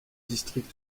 district